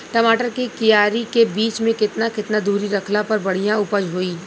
टमाटर के क्यारी के बीच मे केतना केतना दूरी रखला पर बढ़िया उपज होई?